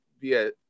via